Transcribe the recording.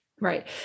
Right